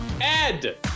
Ed